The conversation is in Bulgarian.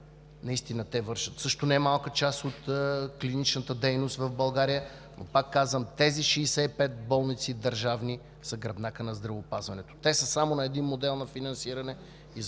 наистина вършат също немалка част от клиничната дейност в България, но, пак казвам, тези 65 държавни болници са гръбнакът на здравеопазването. Те са само на един модел на финансиране и